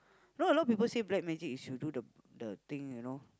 not a lot people say black magic is you do the the thing you know